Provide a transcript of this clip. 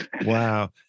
wow